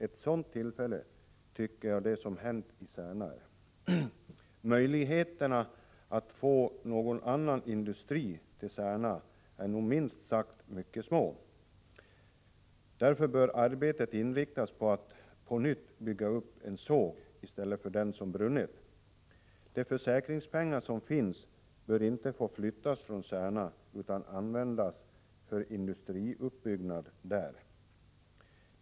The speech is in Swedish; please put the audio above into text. Ett sådant tillfälle tycker jag det som hänt i Särna innebär. Möjligheterna att få någon annan industri till Särna är nog minst sagt mycket små. Därför bör arbetet inriktas på att på nytt bygga upp en såg i stället för den som brunnit. De försäkringspengar som finns bör inte få flyttas från Särna, utan användas för industriuppbyggnad där.